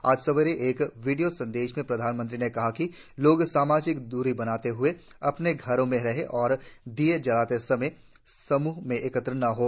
आज सवेरे एक वीडियों संदेंश में प्रधानमंत्री ने कहा कि लोग सामाजिक दूरी बनाते हुए अपने घर में रहें और दिए जलाते समय समूह में एकत्र न हों